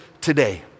today